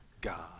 God